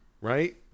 right